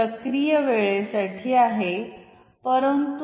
सक्रिय वेळेसाठी आहे परंतु